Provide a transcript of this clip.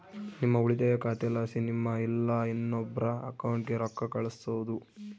ನಿಮ್ಮ ಉಳಿತಾಯ ಖಾತೆಲಾಸಿ ನಿಮ್ಮ ಇಲ್ಲಾ ಇನ್ನೊಬ್ರ ಅಕೌಂಟ್ಗೆ ರೊಕ್ಕ ಕಳ್ಸೋದು